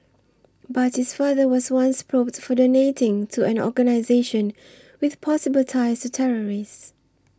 but his father was once probed for donating to an organisation with possible ties to terrorists